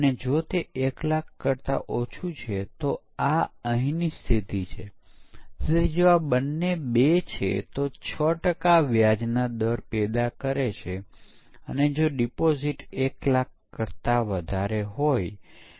પરંતુ એક નોંધવા જેવી વસ્તુ એ છે કે જે સોફ્ટવેર કે જેમાં ભૂલોના પ્રકારના સંખ્યા ખૂબ મોટી હજારો છે તેનાથી વિરુદ્ધ ફોલ્ટના પ્રકાર ખૂબ જ ઓછા છે